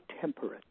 temperate